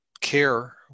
care